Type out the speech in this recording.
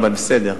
אבל בסדר,